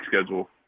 schedule